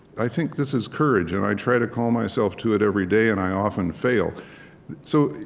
i think this is courage. and i try to call myself to it every day. and i often fail so,